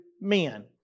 men